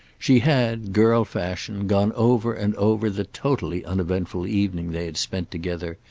she had, girl fashion, gone over and over the totally uneventful evening they had spent together,